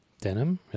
Denim